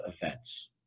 events